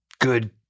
good